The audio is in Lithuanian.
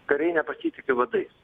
kariai nepasitiki vadais